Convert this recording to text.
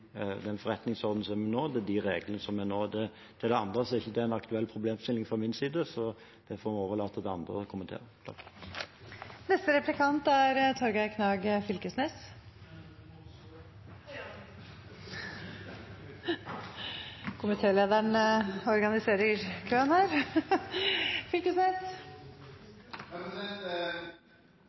reglene som er nå. Til det andre: Det er ikke en aktuell problemstilling fra min side, så det får jeg overlate til andre å kommentere.